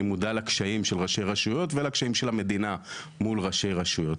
אני מודע לקשיים של ראשי רשויות ולקשיים של המדינה מול ראשי רשויות,